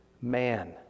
man